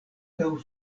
laŭ